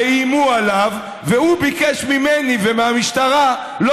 שאיימו עליו והוא ביקש ממני ומהמשטרה לא